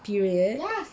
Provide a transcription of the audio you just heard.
period